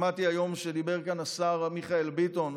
שמעתי היום כשדיבר כאן השר מיכאל ביטון,